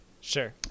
Sure